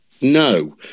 No